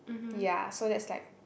ya so that's like